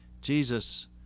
Jesus